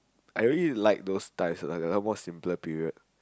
I really like those times when more simpler period